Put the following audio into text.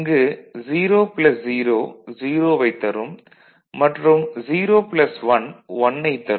இங்கு 0 0 0 வைத் தரும் மற்றும் 0 1 1 ஐத் தரும்